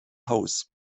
haus